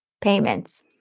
payments